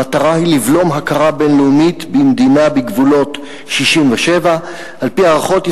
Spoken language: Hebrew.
המטרה היא לבלום הכרה בין-לאומית במדינה בגבולות 67'. על-פי הערכות,